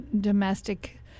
domestic